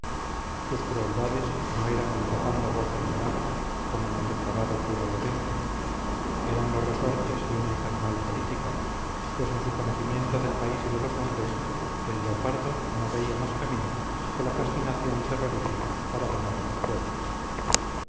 sus crueldades no eran el nefando goce del mal como en el depravado cura lorente eran los resortes de una infernal política pues en su conocimiento del país y de los hombres el leopardo no veía más camino que la fascinación terrorífica para domar a los pueblos